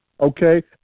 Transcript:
okay